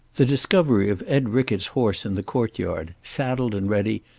the discovery of ed rickett's horse in the courtyard, saddled and ready,